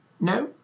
No